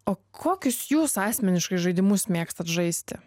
o kokius jūs asmeniškai žaidimus mėgstat žaisti